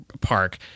park